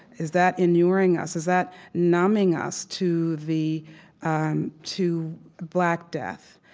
is that inuring us? is that numbing us to the um to black death?